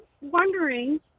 wondering